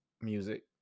music